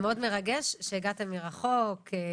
והחלופה הנכונה שמצמצמת פחות את חופש העיסוק היא החלופה